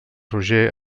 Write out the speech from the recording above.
roger